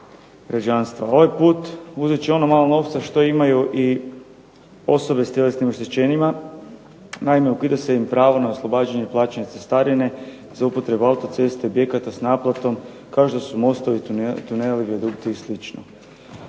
Ovaj put uzet će ono malo novca što imaju i osobe s tjelesnim oštećenjima, naime ukida im se pravo na oslobađanje plaćanja cestarine za upotrebu autoceste, objekata s naplatom kao što su mostovi, tuneli, vijadukti i